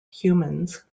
humans